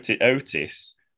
Otis